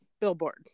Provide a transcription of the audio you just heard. Billboard